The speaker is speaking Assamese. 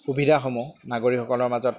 সুবিধাসমূহ নাগৰিকসকলৰ মাজত